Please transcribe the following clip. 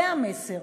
זה המסר.